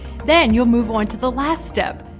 then you move on to the last step,